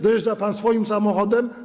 Dojeżdża pan swoim samochodem?